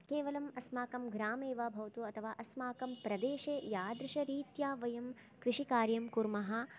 केवलम् अस्माकं ग्रामे वा भवतु अथवा अस्माकं प्रदेशे यादृशरीत्या वयं कृषिकार्यं कुर्मः